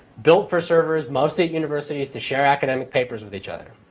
built for servers mostly at universities to share academic papers with each other.